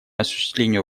осуществлению